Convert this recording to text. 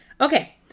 Okay